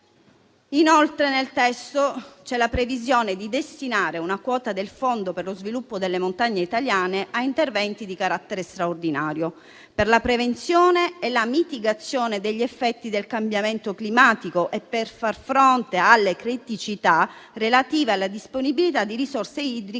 Inoltre, nel testo c'è la previsione di destinare una quota del Fondo per lo sviluppo delle montagne italiane a interventi di carattere straordinario per la prevenzione e la mitigazione degli effetti del cambiamento climatico e per far fronte alle criticità relative alla disponibilità di risorse idriche